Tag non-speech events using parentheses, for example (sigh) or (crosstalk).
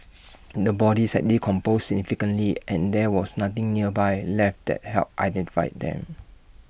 (noise) the bodies had decomposed significantly and there was nothing nearby left that helped identify them